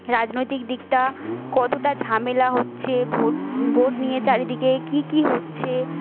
রাজনৈতিক দিকটা কতটা ঝামেলা হচ্ছে ভোট ভোট নিয়ে চারিদিকে কী কী হচ্ছে